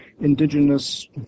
indigenous